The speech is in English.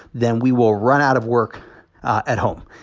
then we will run out of work at home.